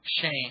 shame